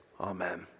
Amen